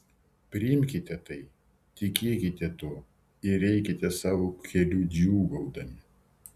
priimkite tai tikėkite tuo ir eikite savo keliu džiūgaudami